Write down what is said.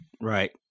Right